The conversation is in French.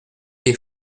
des